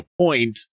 point